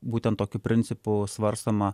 būtent tokiu principu svarstoma